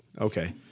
Okay